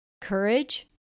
courage